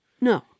No